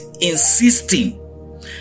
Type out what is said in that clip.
insisting